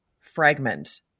fragment